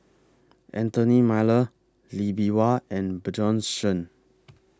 Anthony Miller Lee Bee Wah and Bjorn Shen